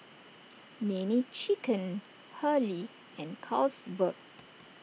Nene Chicken Hurley and Carlsberg